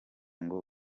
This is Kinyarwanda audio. ngo